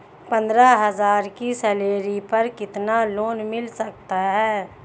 पंद्रह हज़ार की सैलरी पर कितना लोन मिल सकता है?